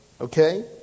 Okay